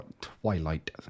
twilight